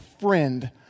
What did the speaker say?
friend